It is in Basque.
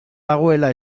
dagoela